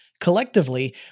Collectively